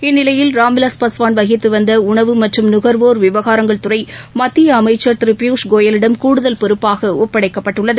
இதனிடையே ராம்விலாஸ் பாஸ்வான் வகித்து வந்த உணவு மற்றும் நுகர்வோர் விவகாரங்கள் துறை மத்திய அமைச்சர் திரு பியூஷ் கோயலிடம் கூடுதல் பொறுப்பாக ஒப்படைக்கப்பட்டுள்ளது